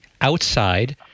outside